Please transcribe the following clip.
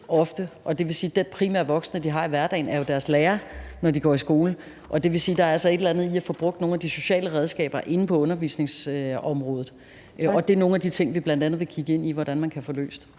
det vil jo sige, at den primære voksne, de har i hverdagen, når de går i skole, er deres lærer. Det vil altså sige, at der er et eller andet i at få brugt nogle af de sociale redskaber inde på undervisningsområdet, og det er nogle af de ting, vi bl.a. vil kigge ind i hvordan man kan få løst.